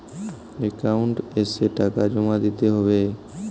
Account এসে টাকা জমা দিতে হবে?